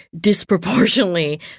disproportionately